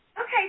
Okay